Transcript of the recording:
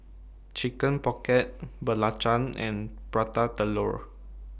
Chicken Pocket Belacan and Prata Telur